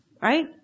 right